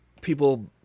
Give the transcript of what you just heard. people